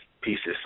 pieces